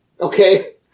Okay